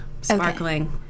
sparkling